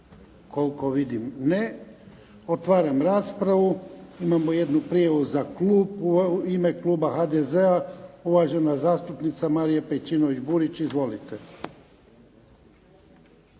Koliko vidim ne. Otvaram raspravu. Imamo jednu prijavu za klub. U ime kluba HDZ-a, uvažena zastupnica Marija Pejčinović Burić. Izvolite.